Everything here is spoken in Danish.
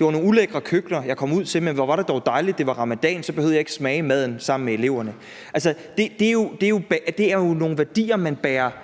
var nogle ulækre køkkener, jeg kom ud til, men hvor var det dog dejligt, at det var ramadan, for så behøvede jeg ikke at smage på maden sammen med eleverne. Altså, det er jo nogle værdier, man bærer